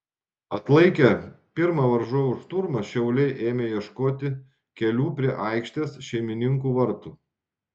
atlaikę pirmą varžovų šturmą šiauliai ėmė ieškoti kelių prie aikštės šeimininkų vartų